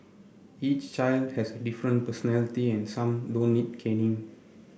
each child has a different personality and some don't need caning